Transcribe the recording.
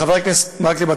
חבר הכנסת מקלב,